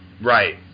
Right